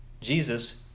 Jesus